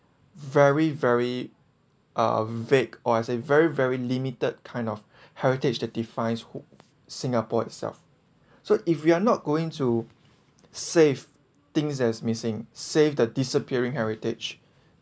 very very uh vague or I say very very limited kind of heritage that defines singapore itself so if you're not going to save things as missing save the disappearing heritage